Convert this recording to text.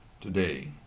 today